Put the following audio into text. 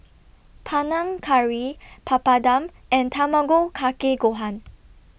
Panang Curry Papadum and Tamago Kake Gohan